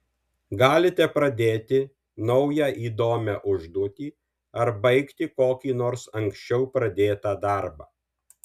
galite pradėti naują įdomią užduotį ar baigti kokį nors anksčiau pradėtą darbą